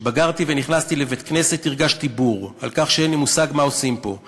כשבגרתי ונכנסתי לבית-כנסת הרגשתי בור כי לא היה